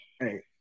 hey